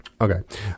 Okay